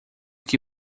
que